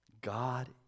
God